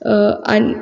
आनी